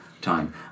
time